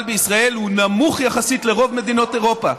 בישראל נמוך יחסית לרוב מדינות אירופה.